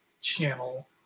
channel